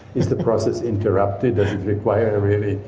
is the process interrupted? does it require a really